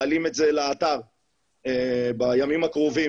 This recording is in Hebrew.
מעלים את זה לאתר בימים הקרובים,